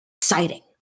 exciting